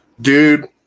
dude